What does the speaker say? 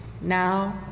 now